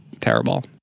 terrible